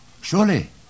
Surely